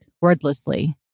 wordlessly